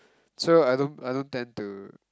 so I don't I don't tend to